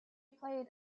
played